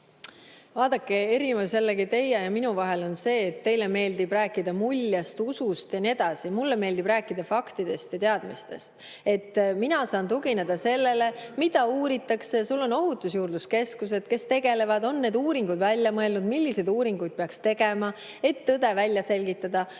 Vaadake, erinevus teie ja minu vahel on see, et teile meeldib rääkida muljest, usust ja nii edasi. Mulle meeldib rääkida faktidest ja teadmistest. Mina saan tugineda sellele, mida uuritakse. On Ohutusjuurdluse Keskus, kes tegeleb, on need uuringud välja mõelnud, milliseid uuringuid peaks tegema, et tõde välja selgitada,